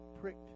pricked